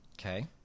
Okay